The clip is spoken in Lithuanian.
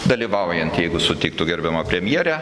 dalyvaujant jeigu sutiktų gerbiama premjerė